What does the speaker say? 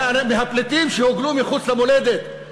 מהפליטים שהוגלו מחוץ למולדת.